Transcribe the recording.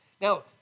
Now